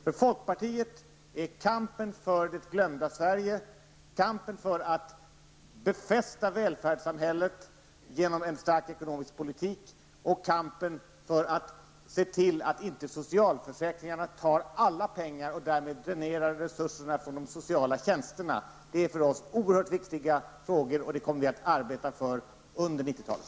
För folkpartiet är kampen för det glömda Sverige, kampen för att befästa välfärdssamhället genom en stark ekonomisk politik och kampen för att se till att inte socialförsäkringarna tar alla pengar och därmed dränerar resurserna för de sociala tjänsterna oerhört viktiga frågor. Dem kommer vi att arbeta för under 90-talet.